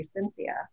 Cynthia